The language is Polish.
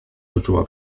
wyczuła